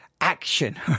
action